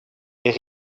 est